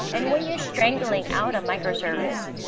and when you're strangling out a microservice,